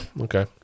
Okay